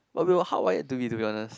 but we were hardwired to be to be honest